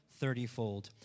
thirtyfold